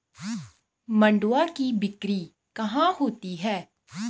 मंडुआ की बिक्री कहाँ होती है?